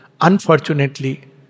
unfortunately